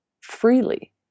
freely